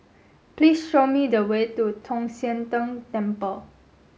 please show me the way to Tong Sian Tng Temple